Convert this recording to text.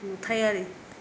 नुथायारि